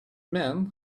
men